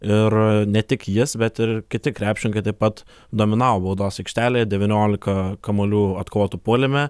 ir ne tik jis bet ir kiti krepšininkai taip pat dominavo baudos aikštelėje devyniolika kamuolių atkovotų puolime